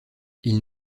ils